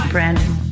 Brandon